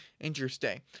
Interesting